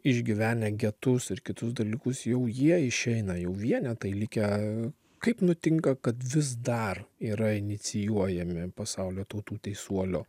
išgyvenę getus ir kitus dalykus jau jie išeina jau vienetai likę kaip nutinka kad vis dar yra inicijuojami pasaulio tautų teisuolio